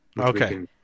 Okay